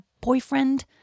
boyfriend